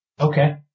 Okay